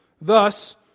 Thus